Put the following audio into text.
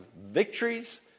victories